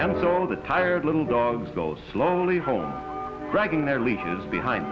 and so all the tired little dogs go slowly home dragging their leashes behind